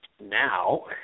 now